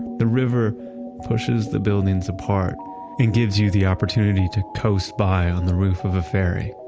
the river pushes the buildings apart and gives you the opportunity to co-spy on the roof of a ferry,